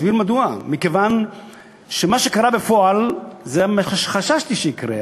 ואני אסביר מדוע: מכיוון שמה שקרה בפועל זה מה שחששתי שיקרה,